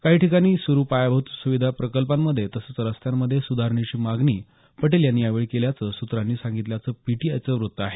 काही ठिकाणी सुरू पायाभूत सुविधा प्रकल्पांमध्ये तसंच रस्त्यांमध्ये सुधारणेची मागणी पटेल यांनी यावेळी केल्याचं सुत्रांनी सांगितल्याचं पीटीआयचं वृत्त आहे